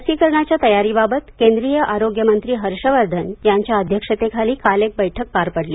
लसीकरणाच्या तयारीबाबत केंद्रीय आरोग्य मंत्री हर्षवर्धन यांच्या अध्यक्षतेखाली काल एक बैठक पार पडली